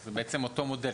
זה בעצם אותו מודל.